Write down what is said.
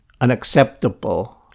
unacceptable